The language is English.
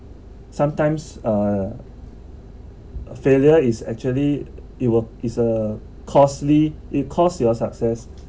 sometimes uh a failure is actually it will is a costly it costs your success